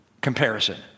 Comparison